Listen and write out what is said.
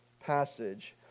passage